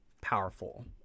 powerful